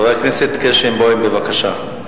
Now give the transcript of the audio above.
חברת הכנסת פניה קירשנבאום, בבקשה.